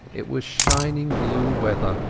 it was shining blue weather,